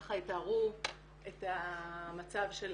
שיתארו את המצב שלהם.